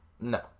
No